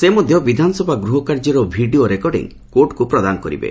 ସେ ମଧ୍ୟ ବିଧାନସଭା ଗୃହକାର୍ଯ୍ୟର ଭିଡ଼ିଓ ରେକଡ଼ିଂ କୋର୍ଟଙ୍କ ପ୍ରଦାନ କରିବେ